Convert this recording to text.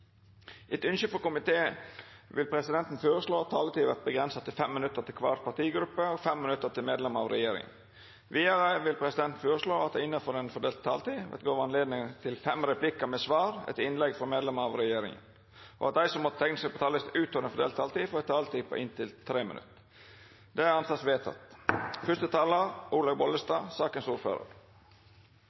Etter ynske frå helse- og omsorgskomiteen vil presidenten føreslå at taletida vert avgrensa til 5 minutt til kvar partigruppe og 5 minutt til medlemer av regjeringa. Vidare vil presidenten føreslå at det – innanfor den fordelte taletida – vert gjeve anledning til inntil fem replikkar med svar etter innlegg frå medlemer av regjeringa, og at dei som måtte teikna seg på talarlista utover den fordelte taletida, får ei taletid på inntil 3 minutt. – Det